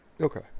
Okay